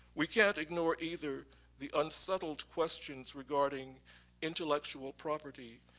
we can't ignore either the unsettled questions regarding intellectual property,